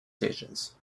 stations